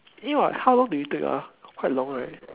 I think what how long did we take ah quite long right